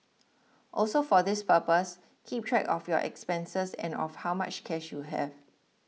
also for this purpose keep track of your expenses and of how much cash you have